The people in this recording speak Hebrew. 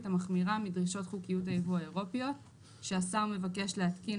המחמירה מדרישות חוקיות היבוא האירופיות שהשר מבקש להתקין,